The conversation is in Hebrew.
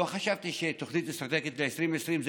לא חשבתי שתוכנית אסטרטגית ל-2020 זה